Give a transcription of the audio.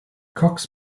cox